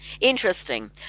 interesting